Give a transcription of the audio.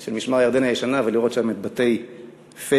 של משמר-הירדן הישנה ולראות שם את בתי פייגלין.